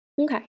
Okay